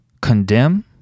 condemn